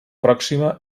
pròxima